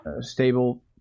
stable